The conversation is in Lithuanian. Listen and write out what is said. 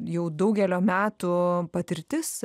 jau daugelio metų patirtis